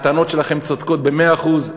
הטענות שלכם צודקות במאה אחוז,